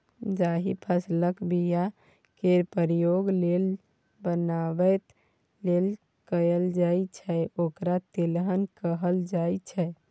जाहि फसलक बीया केर प्रयोग तेल बनाबै लेल कएल जाइ छै ओकरा तेलहन कहल जाइ छै